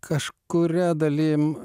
kažkuria dalim